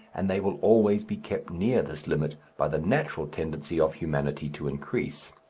and they will always be kept near this limit by the natural tendency of humanity to increase.